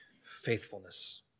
faithfulness